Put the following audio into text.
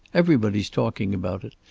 everybody's talking about it.